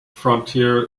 frontier